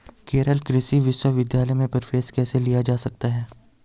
केरल कृषि विश्वविद्यालय में प्रवेश कैसे लिया जा सकता है?